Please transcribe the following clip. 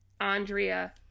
andrea